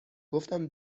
گفتم